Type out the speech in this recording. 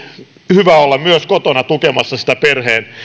hyvä olla myös kotona tukemassa sitä perheen